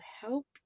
help